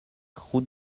route